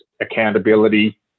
accountability